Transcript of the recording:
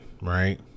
right